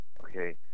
Okay